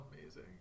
Amazing